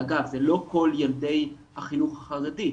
אגב, זה לא כל ילדי החינוך החרדי,